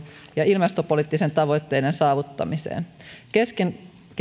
ja ilmastopoliittisten tavoitteiden saavuttamiseen